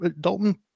Dalton